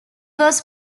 was